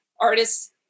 artists